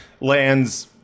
lands